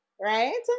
Right